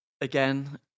again